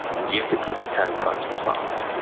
and yet it could be ten times the size.